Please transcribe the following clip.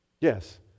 yes